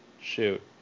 Shoot